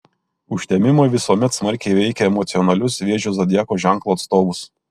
užtemimai visuomet smarkiai veikia emocionalius vėžio zodiako ženklo atstovus